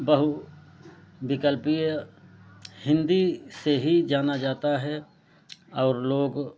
बहुविक्लपीय हिंदी से ही जाना जाता है और लोग